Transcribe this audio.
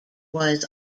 was